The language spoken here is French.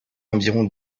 environ